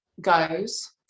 goes